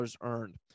earned